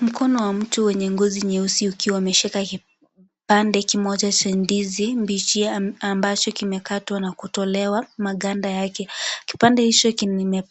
Mkono wa mtu wenye ngozi nyeusi ukiwa umeshika kipande kimoja cha ndizi mbichi amb ambacho kimekatwa na kutolewa maganda yake. Kipande hicho kime